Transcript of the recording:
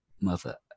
mother